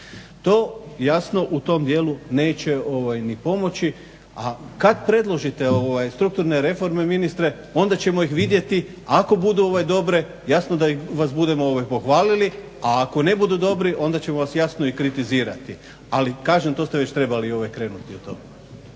To jasno u tom dijelu neće ni pomoći, a kad predložite strukturne reforme ministre onda ćemo ih vidjeti ako budu dobre jasno da vas budemo pohvalili a ako ne budu dobre onda ćemo vas jasno i kritizirati ali kažem to ste već trebali krenuti o tome.